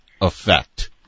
effect